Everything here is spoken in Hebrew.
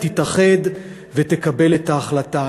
תתאחד ותקבל את ההחלטה.